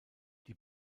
die